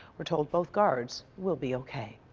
we're told both guards will be okay.